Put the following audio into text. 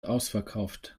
ausverkauft